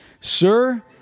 sir